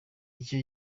icyo